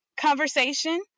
conversation